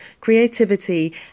creativity